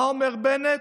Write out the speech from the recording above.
מה אומר בנט?